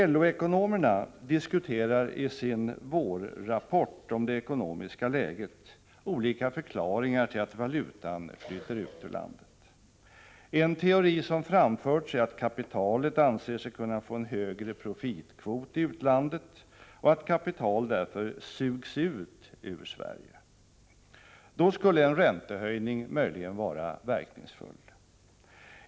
LO-ekonomerna diskuterar i sin vårrapport om det ekonomiska läget olika förklaringar till att valutan flyter ut ur landet. En teori som framförts är att kapitalet anser sig kunna få en högre profitkvot i utlandet och att kapital därför ”sugs ut” ur Sverige. Då skulle en räntehöjning möjligen vara verkningsfull.